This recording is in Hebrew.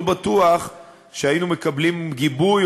לא בטוח שהיינו מקבלים גיבוי,